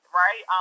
right